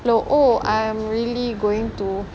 oh I'm really going to